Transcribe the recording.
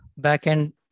Backend